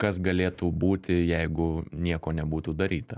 kas galėtų būti jeigu nieko nebūtų daryta